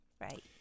right